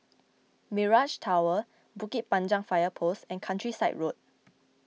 Mirage Tower Bukit Panjang Fire Post and Countryside Road